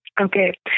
Okay